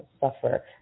suffer